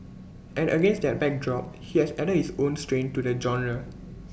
and against that backdrop he has added his own strain to the genre